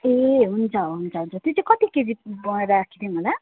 ए हुन्छ हुन्छ त्यो चाहिँ कति केजी अँ राखिदिनु होला